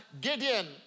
Gideon